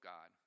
God